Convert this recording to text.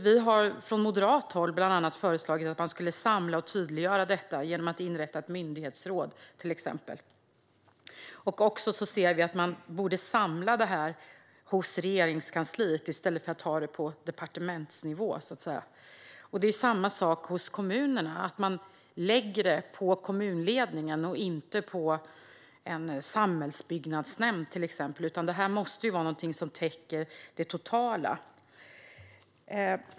Vi har från moderat håll bland annat föreslagit att man ska samla och tydliggöra detta genom att inrätta exempelvis ett myndighetsråd. Vi ser också att man borde samla detta hos Regeringskansliet i stället för att ha det på departementsnivå. Samma sak gäller hos kommunerna, det vill säga att man lägger det på kommunledningen och inte på till exempel en samhällsbyggnadsnämnd. Det måste vara något som täcker det totala.